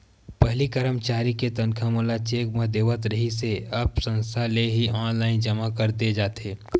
पहिली करमचारी के तनखा मन ल चेक म देवत रिहिस हे अब संस्था ले ही ऑनलाईन जमा कर दे जाथे